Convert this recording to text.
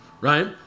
right